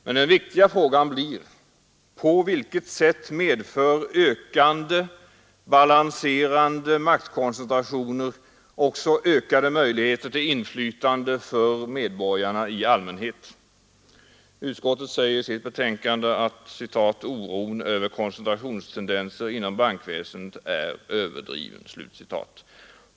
Men den viktiga frågan blir: På vilket sätt medför ökade balanserande maktkoncentrationer också ökade möjligheter till inflytande för medborgarna i allmänhet? Utskottet säger i sitt betänkande att ”oron över koncentrationstendenser inom bankväsendet är överdriven”.